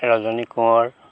Rajani Konwar